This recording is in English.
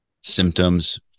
symptoms